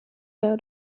out